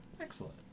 Excellent